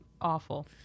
awful